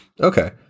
okay